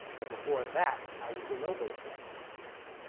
but before that i was the lobo slam champ.